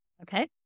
okay